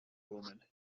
woman